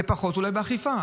אולי מדובר בפחות אכיפה.